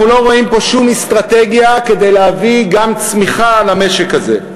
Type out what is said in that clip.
אנחנו לא רואים פה שום אסטרטגיה כדי להביא גם צמיחה למשק הזה.